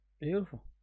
Beautiful